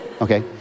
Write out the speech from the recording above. Okay